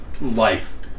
life